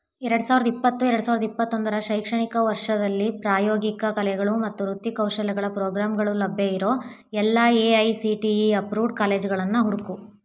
ಎರಡು ಸಾವಿರದ ಇಪ್ಪತ್ತು ಎರಡು ಸಾವಿರದ ಇಪ್ಪತ್ತೊಂದರ ಶೈಕ್ಷಣಿಕ ವರ್ಷದಲ್ಲಿ ಪ್ರಾಯೋಗಿಕ ಕಲೆಗಳು ಮತ್ತು ವೃತ್ತಿಕೌಶಲ್ಯಗಳ ಪ್ರೋಗ್ರಾಮ್ಗಳು ಲಭ್ಯ ಇರೋ ಎಲ್ಲ A I C T E approved ಕಾಲೇಜುಗಳನ್ನು ಹುಡುಕು